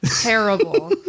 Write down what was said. Terrible